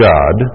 God